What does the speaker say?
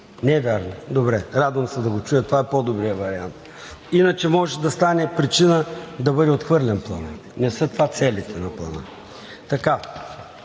Не е вярно – добре, радвам се да го чуя, това е по-добрият вариант. Иначе можеше да стане причина да бъде отхвърлен Планът. Не са това целите на Плана.